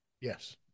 Yes